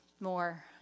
more